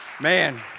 man